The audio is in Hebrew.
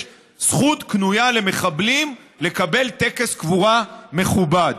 זכות קנויה למחבלים לקבל טקס קבורה מכובד.